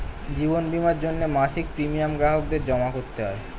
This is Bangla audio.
জীবন বীমার জন্যে মাসিক প্রিমিয়াম গ্রাহকদের জমা করতে হয়